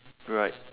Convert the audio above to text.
right